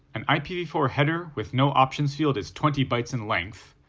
an i p v four header with no options field is twenty bytes in length,